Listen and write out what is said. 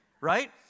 Right